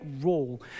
role